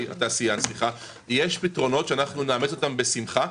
יש פתרונות שאנחנו נאמץ בשמחה.